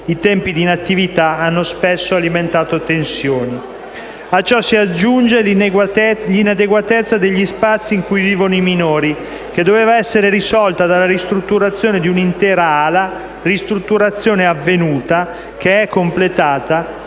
i tempi di inattività hanno spesso alimentato tensioni. A ciò si aggiunge l'inadeguatezza degli spazi in cui vivono i minori, che doveva essere risolta dalla ristrutturazione di un'intera ala. La ristrutturazione è avvenuta e completata,